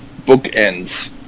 bookends